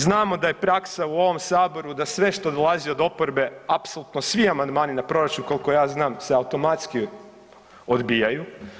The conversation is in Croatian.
Znamo da je praksa u ovom saboru da sve što dolazi od oporbe, apsolutno svi amandmani na proračun koliko ja znam se automatski odbijaju.